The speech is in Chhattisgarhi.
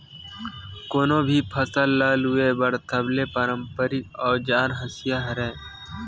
कोनो भी फसल ल लूए बर सबले पारंपरिक अउजार हसिया हरय